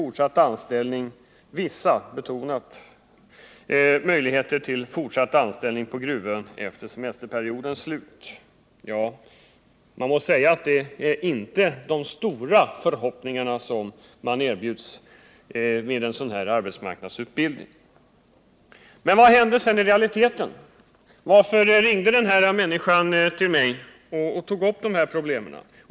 Ett annat löfte är: Man må säga att det inte är ett uppfyllande av de stora förhoppningarna som man erbjuder med en sådan här arbetsmarknadsutbildning! Men vad händer sedan i realiteten? Varför ringde den där människan till mig och tog upp de här problemen?